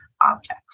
objects